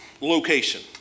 location